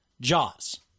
Jaws